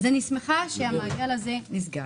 אז אני שמחה שהמעגל הזה נסגר.